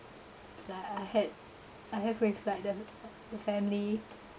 like I had I have with like the the family